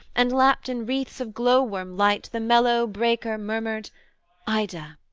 and lapt in wreaths of glowworm light the mellow breaker murmured ida.